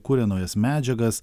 kuria naujas medžiagas